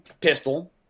pistol